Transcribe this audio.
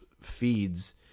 feeds